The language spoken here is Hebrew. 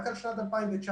רק על שנת 2019,